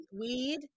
weed